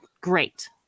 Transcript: great